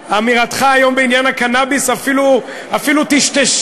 אמירתך היום בעניין הקנאביס אפילו טשטשה,